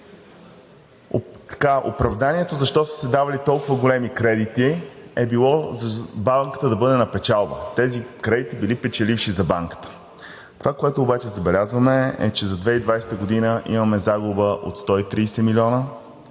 че… оправданието защо са се давали толкова големи кредити е било банката да бъде на печалба. Тези кредити били печеливши за банката. Това, което обаче забелязваме, е, че за 2020 г. имаме загуба от 130 милиона,